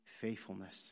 faithfulness